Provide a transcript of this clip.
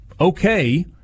okay